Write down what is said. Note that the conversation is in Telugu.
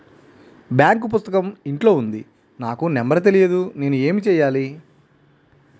బాంక్ పుస్తకం ఇంట్లో ఉంది నాకు నంబర్ తెలియదు నేను ఏమి చెయ్యాలి?